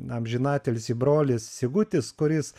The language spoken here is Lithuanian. amžinatilsį brolis sigutis kuris